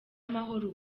amahoro